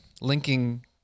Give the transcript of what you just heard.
Linking